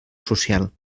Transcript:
social